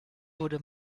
wurde